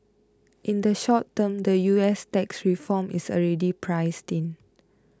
in the short term the US tax reform is already priced in